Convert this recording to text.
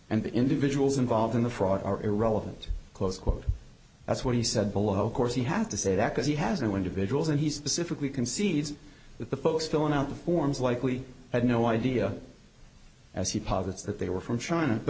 and the individuals involved in the fraud are irrelevant close quote that's what he said below of course he had to say that because he has no individuals and he specifically concedes that the folks filling out the forms likely had no idea as he posits that they were from china but